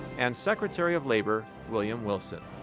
and secretary of labor, william wilson.